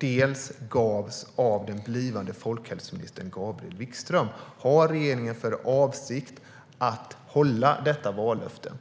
dels av den blivande folkhälsoministern Gabriel Wikström. Har regeringen för avsikt att hålla detta vallöfte?